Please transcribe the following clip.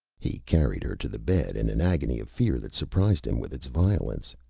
he carried her to the bed, in an agony of fear that surprised him with its violence,